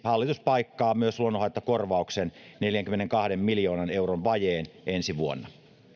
hallitus paikkaa myös luonnonhaittakorvauksen neljänkymmenenkahden miljoonan euron vajeen ensi vuonna